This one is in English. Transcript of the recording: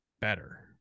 better